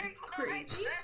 crazy